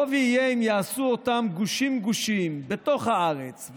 יהיה אם יעשו אותן גושים-גושים בתוך הארץ,